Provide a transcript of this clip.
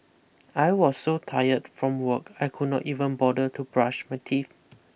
I was so tired from work I could not even bother to brush my teeth